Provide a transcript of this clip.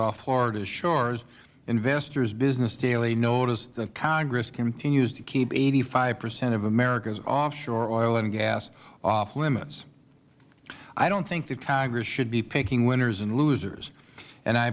off florida's shores investor's business daily noticed that congress continues to keep eighty five percent of america's offshore oil and gas off limits i don't think that congress should be picking winners and losers